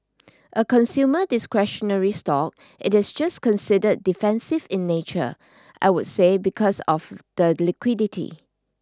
a consumer discretionary stock it is just considered defensive in nature I would say because of the liquidity